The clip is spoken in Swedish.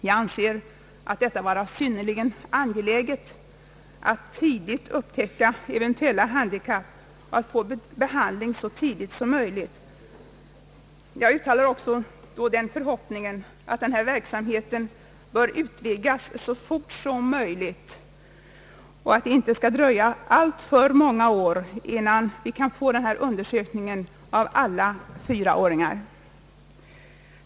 Jag anser det vara synnerligen angeläget att tidigt upptäcka eventuella handikapp och sätta in behandling så tidigt som möjligt. Jag uttalar den förhoppningen att denna verksamhet utvidgas snarast, så att det inte dröjer alltför många år innan vi kan få en sådan undersökning av alla fyraåringar.